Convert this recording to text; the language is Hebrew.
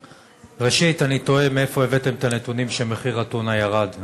ראשית אני תוהה מאיפה הבאתם את הנתונים שמחיר הטונה ירד.